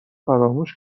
فراموش